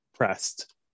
pressed